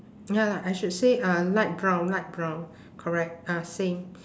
ya lah I should say uh light brown light brown correct ah same